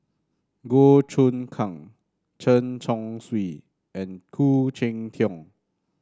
Goh Choon Kang Chen Chong Swee and Khoo Cheng Tiong